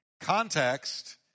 context